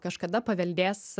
kažkada paveldės